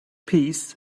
piece